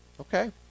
Okay